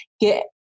get